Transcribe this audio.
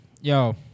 yo